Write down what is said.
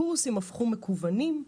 הקורסים הפכו מקוונים,